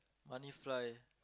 money fly